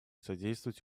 содействовать